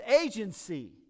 agency